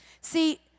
See